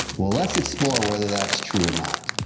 well let's explore whether that's true or not.